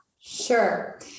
Sure